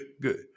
good